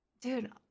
dude